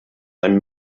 ein